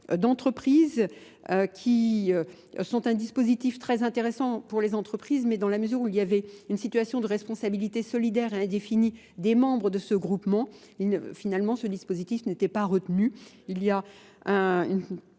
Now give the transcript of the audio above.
d'entreprises qui sont un dispositif très intéressant pour les entreprises mais dans la mesure où il y avait une situation de responsabilité solidaire et indéfinie des membres de ce groupement, finalement ce dispositif n'était pas retenu.